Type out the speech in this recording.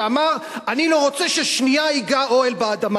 שאמר: אני לא רוצה ששנייה ייגע אוהל באדמה.